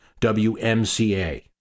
WMCA